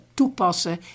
toepassen